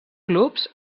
clubs